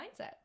mindset